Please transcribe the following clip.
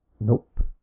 nope